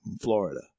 Florida